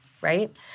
right